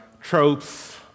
tropes